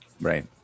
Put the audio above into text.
right